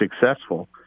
successful